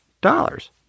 dollars